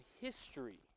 history